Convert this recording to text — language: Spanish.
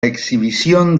exhibición